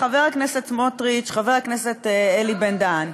חבר הכנסת סמוטריץ, חבר הכנסת אלי בן-דהן,